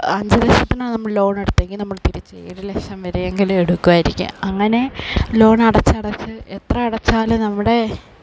അഞ്ച് ലക്ഷത്തിനാണ് നമ്മൾ ലോണെടുത്തതെങ്കില് നമ്മൾ തിരിച്ച് ഏഴ് ലക്ഷം വരെയെങ്കിലും എടുക്കുമായിരിക്കും അങ്ങനെ ലോണടച്ചടച്ച് എത്രയടച്ചാലും നമ്മുടെ